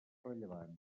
rellevants